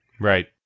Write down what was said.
Right